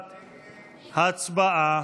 1, הצבעה.